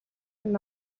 минь